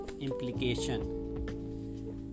implication